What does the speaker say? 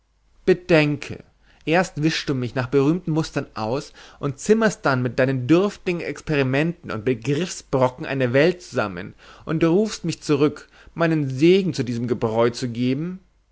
bedenke erst wischst du mich nach berühmten mustern aus und zimmerst dann mit deinen dürftigen experimenten und begriffsbrocken eine welt zusammen und rufst mich zurück meinen segen zu diesem gebäu zu geben